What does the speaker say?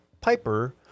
Piper